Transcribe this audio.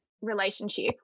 relationship